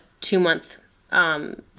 two-month